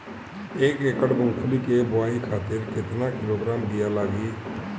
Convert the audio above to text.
एक एकड़ मूंगफली क बोआई खातिर केतना किलोग्राम बीया लागी?